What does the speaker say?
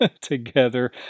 together